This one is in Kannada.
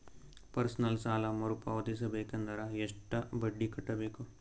ಪರ್ಸನಲ್ ಸಾಲ ಮರು ಪಾವತಿಸಬೇಕಂದರ ಎಷ್ಟ ಬಡ್ಡಿ ಕಟ್ಟಬೇಕು?